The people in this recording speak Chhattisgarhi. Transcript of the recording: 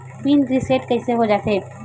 पिन रिसेट कइसे हो जाथे?